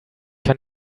kann